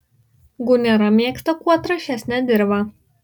gunera mėgsta kuo trąšesnę dirvą